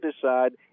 decide